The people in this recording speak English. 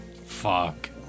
Fuck